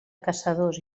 caçadors